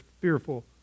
fearful